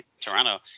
Toronto